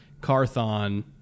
Carthon